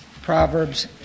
Proverbs